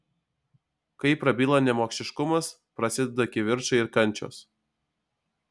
kai prabyla nemokšiškumas prasideda kivirčai ir kančios